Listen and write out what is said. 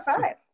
five